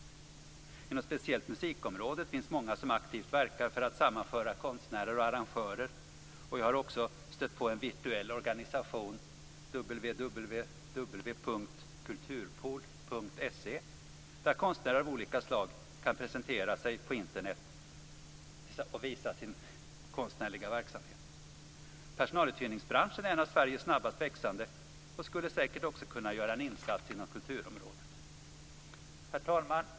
Inom speciellt musikområdet finns många som aktivt verkar för att sammanföra konstnärer och arrangörer, och jag har också stött på en virtuell organisation, www.kulturpool.se, där konstnärer av olika slag kan presentera sig på Internet och visa sin konstnärliga verksamhet. Personaluthyrningsbranschen är en av Sveriges snabbast växande och skulle säkert också kunna göra en insats inom kulturområdet. Herr talman!